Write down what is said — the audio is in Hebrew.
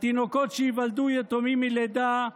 התינוקות שייוולדו יתומים מלידה,